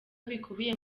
bikubiye